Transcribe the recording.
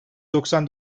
doksan